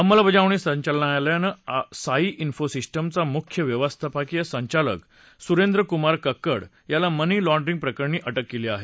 अंमलबजावणी संचालनालयानं साई िफोसिस्टीमचा मुख्य व्यवस्थापकीय संचालक सुरेंद्रकुमार कक्कड यांला मनी लाँड्रिंग प्रकरणी अटक केली आहे